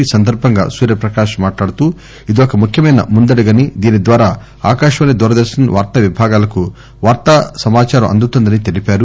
ఈ సందర్బంగా సూర్య ప్రకాశ్ మాట్లాడుతూ ఇదొక ముఖ్యమైన ముందడుగని దీని ద్వారా ఆకాశవాణి దూరదర్శన్ వార్తా విభాగాలకు వార్తా సమాదారం అందుతుందని తెలిపారు